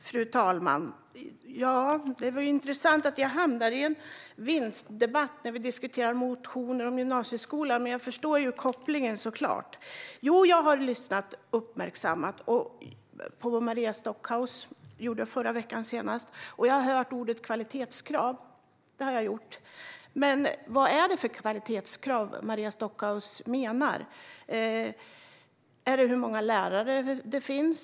Fru talman! Det är intressant att vi hamnar i en vinstdebatt när vi diskuterar motioner om gymnasieskolan, men jag förstår såklart kopplingen. Jo, jag har lyssnat uppmärksamt på Maria Stockhaus, och jag har hört ordet kvalitetskrav. Men vad är det för kvalitetskrav Maria Stockhaus menar? Är det hur många lärare det finns?